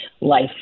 life